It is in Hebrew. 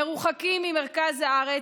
מרוחקים ממרכז הארץ,